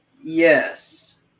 Yes